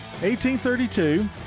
1832